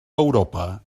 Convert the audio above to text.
europa